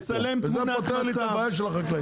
וזה פותר לי את הבעיה של החקלאים.